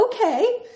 okay